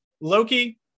Loki